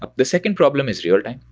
ah the second problem is real-time.